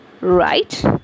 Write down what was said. right